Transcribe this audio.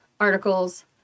articles